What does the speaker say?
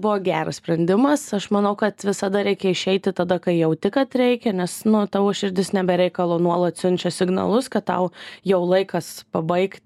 buvo geras sprendimas aš manau kad visada reikia išeiti tada kai jauti kad reikia nes nu tavo širdis ne be reikalo nuolat siunčia signalus kad tau jau laikas pabaik